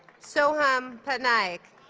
sohum patnaik